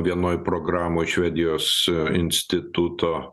vienoj programoj švedijos instituto